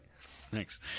Thanks